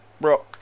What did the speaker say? bro